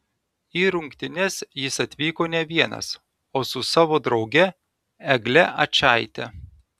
į rungtynes jis atvyko ne vienas o su savo drauge egle ačaite